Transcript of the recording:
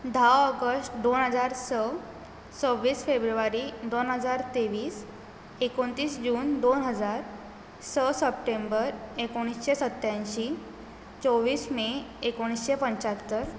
धा ऑगस्ट दोन हजार स सव्वीस फेब्रुवारी दोन हजार तेवीस एकुणतीस जून दोन हजार स सेप्टेंबर एकुणशे सत्यांयशी चोवीस मे एकुणशें पंच्यातर